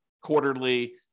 quarterly